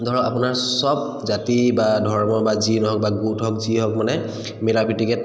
ধৰক আপোনাৰ চব জাতি বা ধৰ্ম বা যি নহওক বা গোট হওক যি হওক মানে মিলা প্ৰীতিকৈ